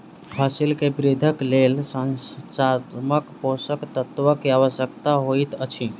फसिल के वृद्धिक लेल संरचनात्मक पोषक तत्व के आवश्यकता होइत अछि